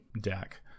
deck